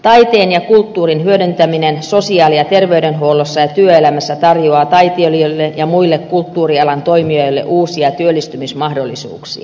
taiteen ja kulttuurin hyödyntäminen sosiaali ja terveydenhuollossa ja työelämässä tarjoaa taiteilijoille ja muille kulttuurialan toimijoille uusia työllistymismahdollisuuksia